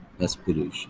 aspiration